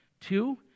Two